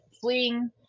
fleeing